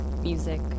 music